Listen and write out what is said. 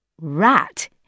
Rat